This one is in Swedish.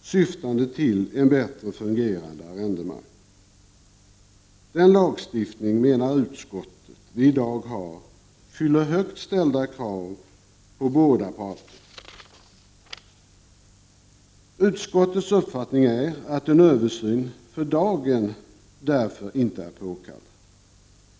syftande till en bättre fungerande arrendemarknad. Den lagstiftning — menar utskottet — vi i dag har fyller högt ställda krav på båda parter. Utskottets uppfattning är att en översyn för dagen därför inte är påkallad.